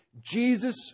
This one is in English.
Jesus